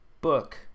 book